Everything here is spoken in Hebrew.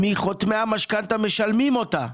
מחותמי המשכנתה משלמים אותה,